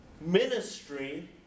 ministry